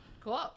cool